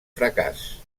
fracàs